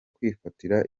kwifatira